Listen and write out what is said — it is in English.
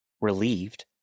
Relieved